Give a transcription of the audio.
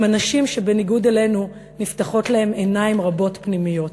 הם אנשים שבניגוד אלינו נפתחות להם עיניים רבות פנימיות.